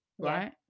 Right